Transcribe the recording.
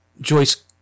Joyce